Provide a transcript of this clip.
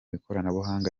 ikoranabuhanga